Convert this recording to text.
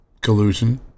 collusion